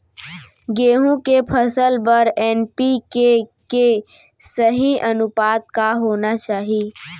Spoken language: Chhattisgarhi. गेहूँ के फसल बर एन.पी.के के सही अनुपात का होना चाही?